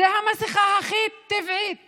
זו המסכה הכי טבעית